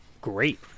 great